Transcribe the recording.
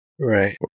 Right